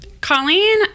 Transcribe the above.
Colleen